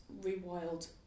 rewild